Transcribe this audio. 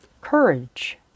Courage